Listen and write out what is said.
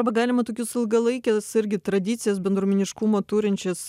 arba galima tokius ilgalaikes irgi tradicijas bendruomeniškumo turinčias